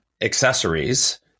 accessories